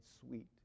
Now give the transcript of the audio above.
sweet